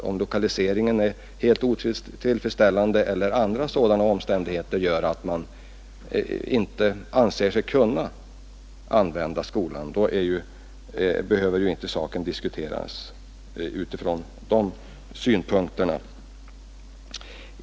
Om lokaliseringen är helt otillfredsställande eller andra sådana omständigheter gör att man inte anser sig kunna använda skolan, behöver ju inte saken diskuteras från de synpunkterna.